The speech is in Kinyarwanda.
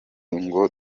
ngo